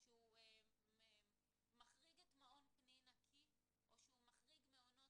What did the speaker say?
שהוא מחריג מעונות